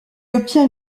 obtient